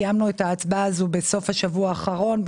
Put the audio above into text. קיימנו את ההצבעה הזו בסוף השבוע האחרון,